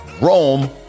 rome